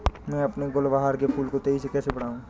मैं अपने गुलवहार के फूल को तेजी से कैसे बढाऊं?